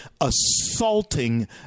assaulting